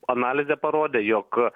analizė parodė jog